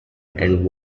and